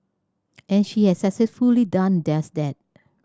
and she has successfully done just that